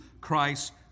Christ